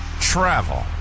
travel